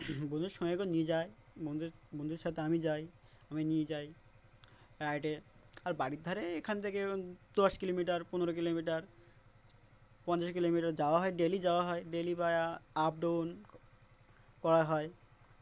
বন্ধুর সায়কেও নিয়ে যায় বন্ধু বন্ধুর সাথে আমি যাই আমি নিয়ে যাই রাইটে আর বাড়ির ধারে এখান থেকে দশ কিলোমিটার পনেরো কিলোমিটার পঞ্চাশ কিলোমিটার যাওয়া হয় ডেলি যাওয়া হয় ডেলি বা আপ ডাউন করা হয়